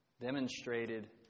demonstrated